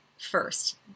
first